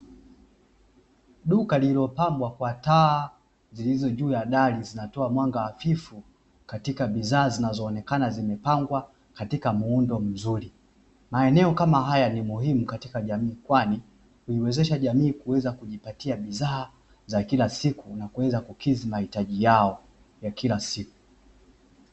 Duka lililopambwa kwa taa zilizo juu ya dari zinatoa mwanga hafifu, katika bidhaa zinazoonekana zimepangwa katika muundo mzuri. Maeneo kama haya ni muhimu katika jamii kwani huiwezesha jamii kuweza kujipatia bidhaa za kila siku na kuweza kukidhi mahitaji yao ya kila siku.